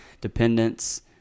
dependence